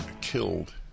killed